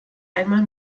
einmal